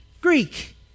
Greek